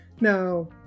Now